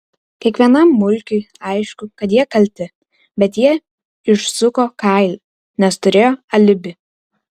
kiekvienam mulkiui aišku kad jie kalti bet jie išsuko kailį nes turėjo alibi